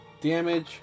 damage